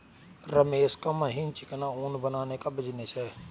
रमेश का महीन चिकना ऊन बनाने का बिजनेस है